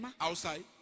outside